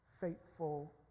faithful